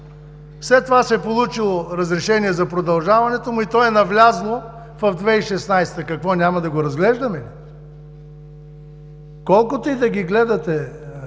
след това се е получило разрешение за продължаването му и то е навлязло в 2016 г. Какво, няма да го разглеждаме ли?! Колкото и да гледате